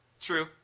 True